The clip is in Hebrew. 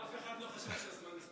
אף אחד לא חשב שהזמן יספיק לך,